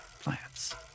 plants